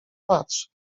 patrz